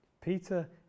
Peter